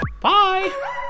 bye